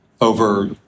over